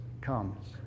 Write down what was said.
comes